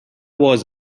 was